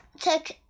took